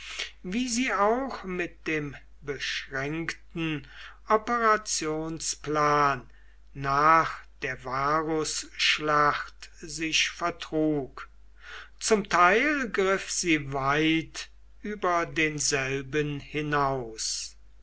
wie sie auch mit dem beschränkten operationsplan nach der varusschlacht sich vertrug zum teil griff sie weit über denselben hinaus